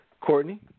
Courtney